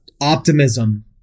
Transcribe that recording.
optimism